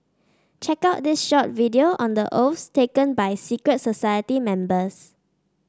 check out this short video on the oaths taken by secret society members